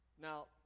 Now